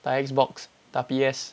打 X_box 打 P_S